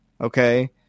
Okay